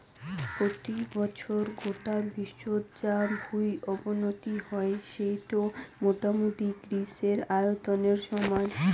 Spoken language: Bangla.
পত্যি বছর গোটা বিশ্বত যা ভুঁই অবনতি হই সেইটো মোটামুটি গ্রীসের আয়তনের সমান